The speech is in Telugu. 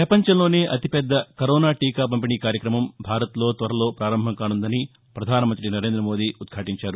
ప్రపంచంలోనే అతిపెద్ద కరోనా టీకా పంపిణీ కార్యక్రమం భారత్లో త్వరలో ప్రారంభం కానుందని ప్రధానమంతి నరేంద్రమోదీ ఉద్యాటించారు